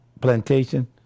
plantation